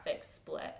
split